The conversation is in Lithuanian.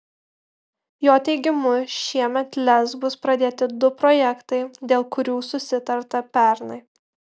jo teigimu šiemet lez bus pradėti du projektai dėl kurių susitarta pernai